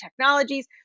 technologies